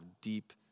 deep